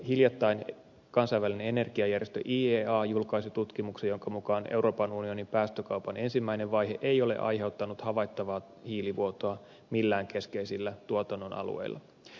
hiljattain kansainvälinen energiajärjestö iea julkaisi tutkimuksen jonka mukaan euroopan unionin päästökaupan ensimmäinen vaihe ei ole aiheuttanut havaittavaa hiilivuotoa millään keskeisillä tuotannon alueilla